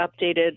updated